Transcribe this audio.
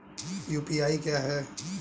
UPI क्या है?